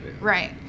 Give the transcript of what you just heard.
right